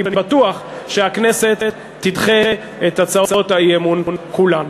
אני בטוח שהכנסת תדחה את הצעות האי-אמון כולן.